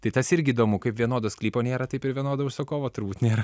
tai tas irgi įdomu kaip vienodo sklypo nėra taip ir vienodo užsakovo turbūt nėra